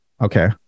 okay